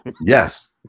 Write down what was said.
Yes